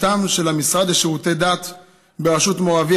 של המשרד לשירותי דת בראשות מו"ר אבי,